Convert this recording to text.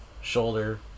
shoulder